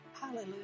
Hallelujah